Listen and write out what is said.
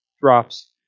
drops